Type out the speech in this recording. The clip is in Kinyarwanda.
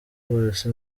polisi